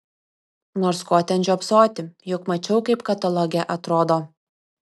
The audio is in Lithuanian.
nors ko ten žiopsoti juk mačiau kaip kataloge atrodo